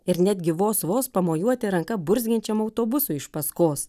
ir netgi vos vos pamojuoti ranka burzgiančiam autobusui iš paskos